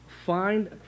find